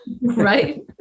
Right